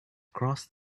crossed